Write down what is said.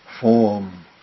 form